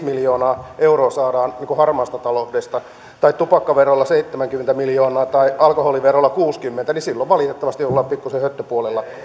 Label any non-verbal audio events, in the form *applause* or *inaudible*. *unintelligible* miljoonaa euroa saadaan harmaasta taloudesta tai tupakkaverolla seitsemänkymmentä miljoonaa tai alkoholiverolla kuudennenkymmenennen silloin valitettavasti ollaan pikkuisen höttöpuolella